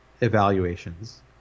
evaluations